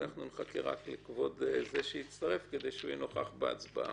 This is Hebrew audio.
ואנחנו נחכה רק לכבוד זה שהצטרף כדי שיהיה נוכח בהצבעה.